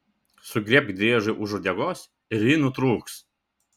sugriebk driežui už uodegos ir ji nutrūks